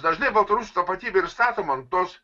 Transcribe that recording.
dažnai baltarusijos tapatybė ir sako man tos